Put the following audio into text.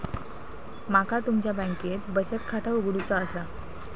माका तुमच्या बँकेत बचत खाता उघडूचा असा?